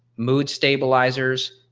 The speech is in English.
mood stabilizers,